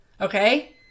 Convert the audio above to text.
okay